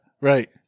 Right